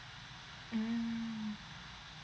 mm